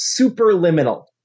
Superliminal